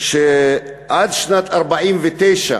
עד שנת 1949,